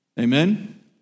Amen